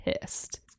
pissed